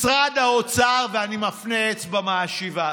משרד האוצר, ואני מפנה אצבע מאשימה,